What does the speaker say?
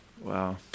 Wow